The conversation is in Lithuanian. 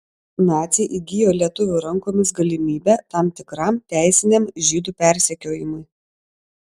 naciai įgijo lietuvių rankomis galimybę tam tikram teisiniam žydų persekiojimui